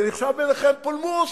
זה נחשב בעיניכם פולמוס,